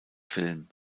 film